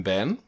Ben